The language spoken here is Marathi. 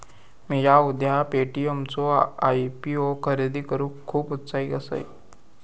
मिया उद्या पे.टी.एम चो आय.पी.ओ खरेदी करूक खुप उत्साहित असय